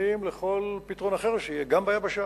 חיוניים לכל פתרון אחר שיהיה, גם ביבשה.